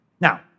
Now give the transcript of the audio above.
Now